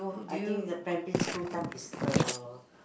I think the primary school time is the